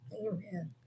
Amen